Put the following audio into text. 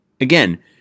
Again